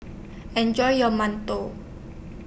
Enjoy your mantou